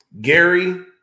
Gary